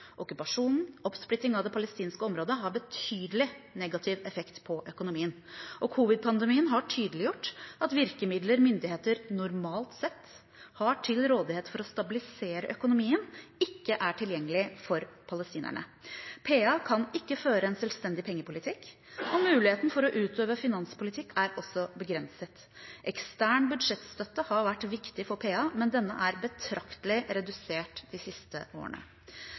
Okkupasjonen og oppsplittingen av det palestinske området har betydelig negativ effekt på økonomien. Covid-19-pandemien har tydeliggjort at virkemidler myndigheter normalt sett har til rådighet for å stabilisere økonomien, ikke er tilgjengelige for palestinerne. PA kan ikke føre en selvstendig pengepolitikk. Muligheten for å utøve finanspolitikk er også begrenset. Ekstern budsjettstøtte har vært viktig for PA, men denne er betraktelig redusert de siste årene.